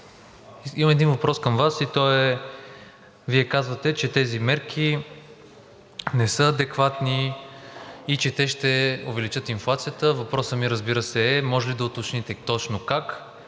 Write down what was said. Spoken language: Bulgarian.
имам един въпрос към Вас. Вие казвате, че тези мерки не са адекватни и че те ще увеличат инфлацията. Въпросът ми, разбира се, е: може ли да уточните точно как,